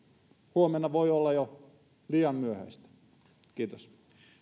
huomenna voi olla jo liian myöhäistä kiitos